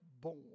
born